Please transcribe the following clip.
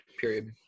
period